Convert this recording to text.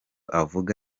avuga